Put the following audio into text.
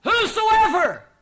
Whosoever